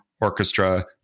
orchestra